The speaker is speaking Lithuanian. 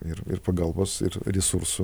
ir ir pagalbos ir resursų